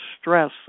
stress